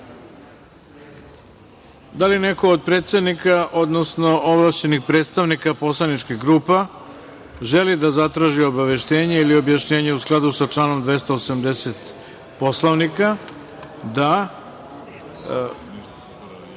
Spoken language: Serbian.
li neko od predsednika, odnosno ovlašćenih predstavnika poslaničkih grupa, želi da zatraži obaveštenje ili objašnjenje, u skladu sa članom 280. Poslovnika?